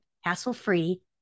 hassle-free